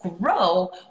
grow